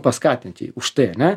paskatint jį už tai ane